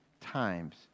times